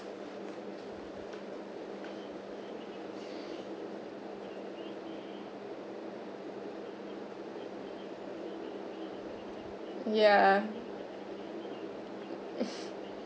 yeah